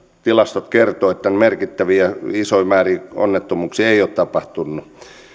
tilastot kertovat että merkittäviä ja isoja määriä onnettomuuksia ei ole tapahtunut